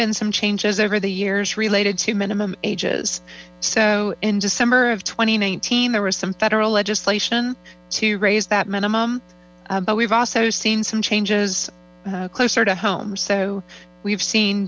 been some changes over the years related to minimum ages so in december of twenty nineteen there was some federal legislation to raise that mininim but we've also seen some changes closer to home so we've seen